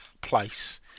place